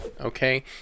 okay